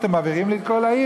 אתם מבעירים לי את כל העיר.